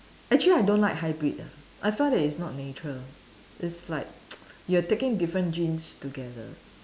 actually I don't like hybrid ah I find that it's not nature it's like you are taking different genes together